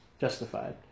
Justified